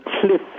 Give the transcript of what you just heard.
cliff